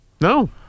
No